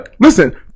Listen